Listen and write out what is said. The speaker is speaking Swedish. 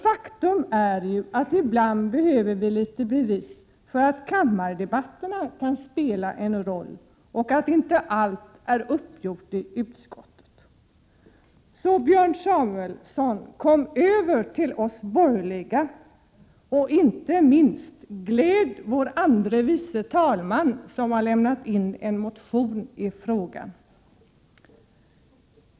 Faktum är ju att vi ibland behöver litet bevis för att kammardebatterna kan spela en roll och att inte allt är uppgjort i utskottet. Björn Samuelson, kom över till oss borgerliga och gläd inte minst 117 vår andre vice talman som har väckt en motion i frågan.